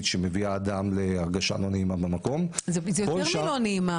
שבמביאה אדם להרגשה לא נעימה במקום -- זה יותר מלא נעימה,